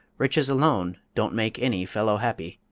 riches alone don't make any fellow happy.